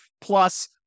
Plus